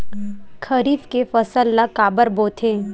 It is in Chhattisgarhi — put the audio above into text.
खरीफ के फसल ला काबर बोथे?